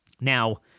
Now